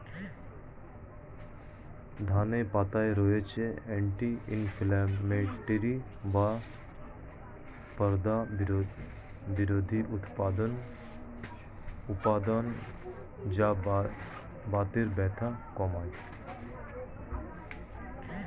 ধনে পাতায় রয়েছে অ্যান্টি ইনফ্লেমেটরি বা প্রদাহ বিরোধী উপাদান যা বাতের ব্যথা কমায়